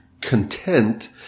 content